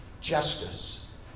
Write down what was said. justice